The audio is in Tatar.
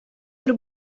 бер